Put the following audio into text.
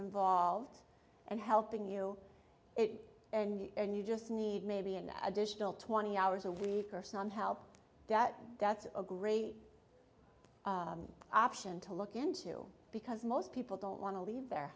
involved and helping you it and you just need maybe an additional twenty hours a week or some help that that's a great option to look into because most people don't want to leave their